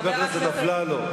חבר הכנסת אפללו,